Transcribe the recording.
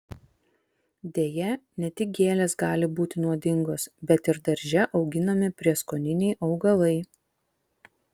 deja ne tik gėlės gali būti nuodingos bet ir darže auginami prieskoniniai augalai